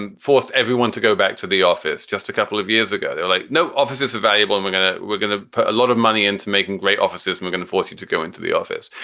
and forced everyone to go back to the office just a couple of years ago. they're like, no offices evaluable. and we're going to we're going to a lot of money into making great offices. we're going to force you to go into the office.